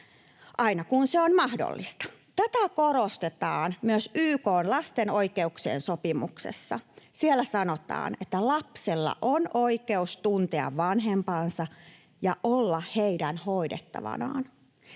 aina kun se on mahdollista. Tätä korostetaan myös YK:n lasten oikeuksien sopimuksessa. Siellä sanotaan, että lapsella on oikeus tuntea vanhempansa ja olla heidän hoidettavanaan.